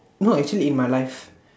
no actually in my life